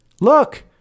Look